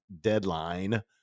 deadline